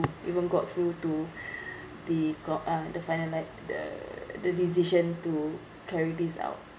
even got through to the go~ uh the final li~ the the decision to carry this out